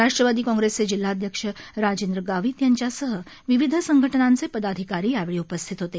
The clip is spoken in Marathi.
राष्टवादी काँग्रेसचे जिल्हाध्यक्ष राजेंद्र गावित यांच्यासह विविध संघटनांचे पदाधिकारी यावेळी उपस्थित होते